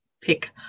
pick